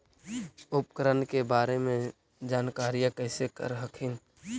उपकरण के बारे जानकारीया कैसे कर हखिन?